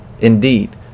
Indeed